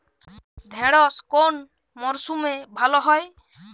ঢেঁড়শ কোন মরশুমে ভালো হয়?